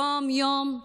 יום-יום,